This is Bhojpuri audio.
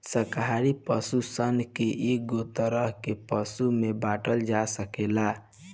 शाकाहारी पशु सन के एक तरह के पशु में बाँटल जा सकेला